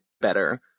better